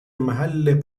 محل